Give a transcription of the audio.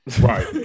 right